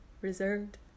reserved